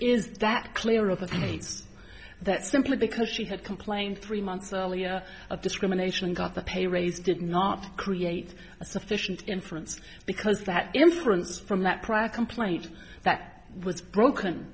is that clear of the states that simply because she had complained three months earlier discrimination got the pay raise did not create a sufficient inference because that inference from that prior complaint that was broken